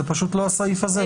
זה לא הסעיף הזה.